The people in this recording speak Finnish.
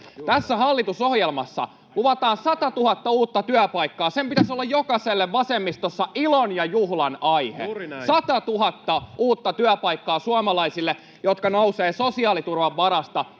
Tässä hallitusohjelmassa luvataan satatuhatta uutta työpaikkaa, sen pitäisi olla jokaiselle vasemmistossa ilon ja juhlan aihe — satatuhatta uutta työpaikkaa suomalaisille, jotka nousevat sosiaaliturvan varasta